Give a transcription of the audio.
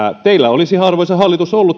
teillä olisi arvoisa hallitus ollut